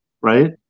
right